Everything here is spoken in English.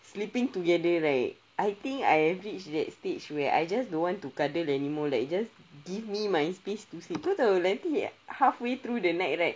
sleeping together right I think I have reached that stage where I just don't want to cuddle anymore like just give me my space to sleep kau tahu nanti halfway through the night right